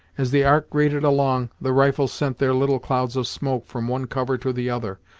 as the ark grated along the rifles sent their little clouds of smoke from one cover to the other,